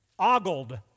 Oggled